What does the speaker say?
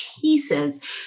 pieces